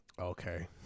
Okay